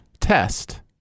Test